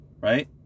Right